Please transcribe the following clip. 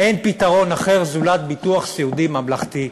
אין פתרון אחר זולת ביטוח סיעודי ממלכתי.